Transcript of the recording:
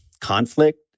conflict